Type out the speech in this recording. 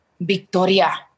Victoria